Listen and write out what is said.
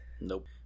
nope